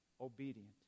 obedient